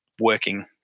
working